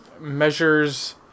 Measures